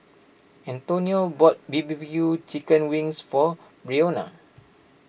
Antonio bought B B Q Chicken Wings for Breonna